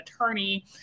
attorney